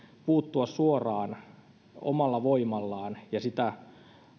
puuttua suoraan omalla voimallaan ja sitä